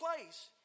place